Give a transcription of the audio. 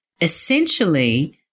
essentially